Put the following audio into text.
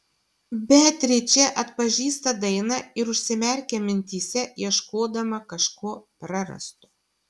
beatričė atpažįsta dainą ir užsimerkia mintyse ieškodama kažko prarasto